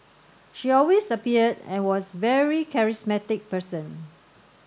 she always appeared and was very charismatic person